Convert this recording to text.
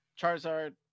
Charizard